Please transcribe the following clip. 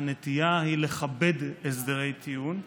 הנטייה היא לכבד הסדרי טיעון,